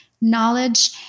knowledge